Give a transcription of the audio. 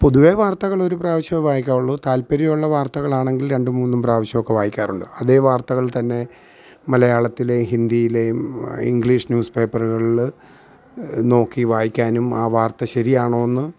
പൊതുവേ വാർത്തകൾ ഒരു പ്രാവശ്യമേ വായിക്കാറുള്ളു താല്പര്യം ഉള്ള വാർത്തകളാണെങ്കിൽ രണ്ടും മൂന്നും പ്രാവശ്യമൊക്കെ വായിക്കാറുണ്ട് അതെ വാർത്തകൾ തന്നെ മലയാളത്തിലെ ഹിന്ദിയിലെ ഇംഗ്ലീഷ് ന്യൂസ് പേപ്പറുകളിൽ നോക്കി വായിക്കാനും ആ വാർത്ത ശരി ആണോ എന്ന്